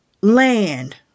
land